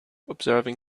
observing